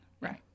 Right